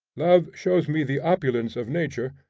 love shows me the opulence of nature,